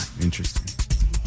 Interesting